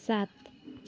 सात